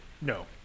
no